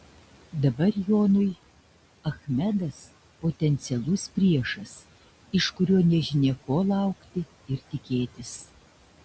dabar jonui achmedas potencialus priešas iš kurio nežinia ko laukti ir tikėtis